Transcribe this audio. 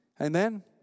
Amen